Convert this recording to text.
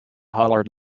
hollered